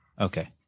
Okay